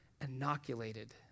inoculated